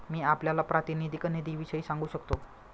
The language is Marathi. मी आपल्याला प्रातिनिधिक निधीविषयी सांगू शकतो